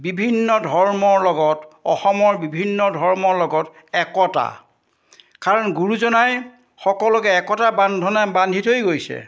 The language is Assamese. বিভিন্ন ধৰ্মৰ লগত অসমৰ বিভিন্ন ধৰ্মৰ লগত একতা কাৰণ গুৰুজনাই সকলোকে একতা বান্ধোনে বান্ধি থৈ গৈছে